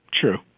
True